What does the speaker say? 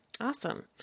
Awesome